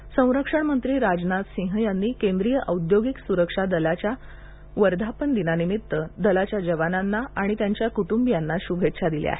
वर्धापन दिन संरक्षण मंत्री राजनाथ सिंह यांनी केंद्रीय औद्योगिक सुरक्षा बलाच्या वर्धापन दिनानिमित्त दलाच्या जवानांना आणि त्यांच्या कुटुंबियांना शुभेच्छा दिल्या आहेत